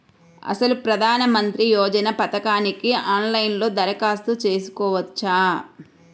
అసలు ప్రధాన మంత్రి యోజన పథకానికి ఆన్లైన్లో దరఖాస్తు చేసుకోవచ్చా?